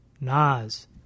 Nas